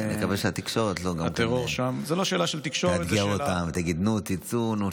נקווה שהתקשורת גם לא תאתגר אותם ותגיד: נו, תצאו.